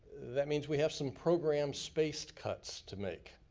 that means we have some programmed space cuts to make,